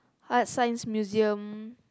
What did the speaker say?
Art-Science-Museum